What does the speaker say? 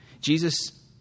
Jesus